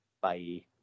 Bye